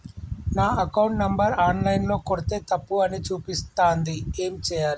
నా account number online ల కొడ్తే తప్పు అని చూపిస్తాంది ఏం చేయాలి?